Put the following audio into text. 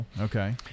Okay